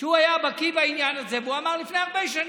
שהיה בקי בעניין הזה, ואמר, לפני הרבה שנים: